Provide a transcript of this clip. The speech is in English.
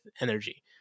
energy